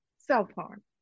self-harm